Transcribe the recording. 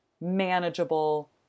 manageable